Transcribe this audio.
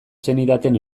zenidaten